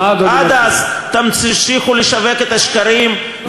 עד אז תמשיכו לשווק את השקרים,